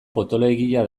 potoloegia